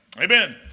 Amen